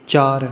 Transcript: ਚਾਰ